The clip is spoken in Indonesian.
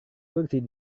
kursi